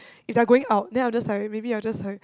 if like going out then I'll just like maybe I'll just like